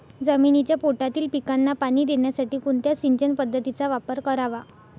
जमिनीच्या पोटातील पिकांना पाणी देण्यासाठी कोणत्या सिंचन पद्धतीचा वापर करावा?